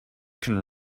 can